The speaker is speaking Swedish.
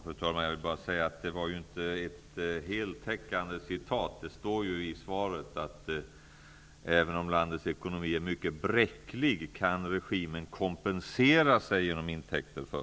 Fru talman! Jag vill bara säga att det inte var en heltäckande återgivning. Det står i svaret att ''Även om landets ekonomi är mycket bräcklig kan regimen kompensera sig genom intäkter för --.''